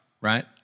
right